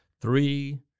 three